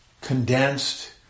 condensed